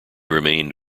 remained